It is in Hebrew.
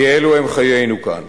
כי אלו הם חיינו כאן.